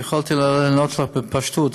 יכולתי לענות לך בפשטות,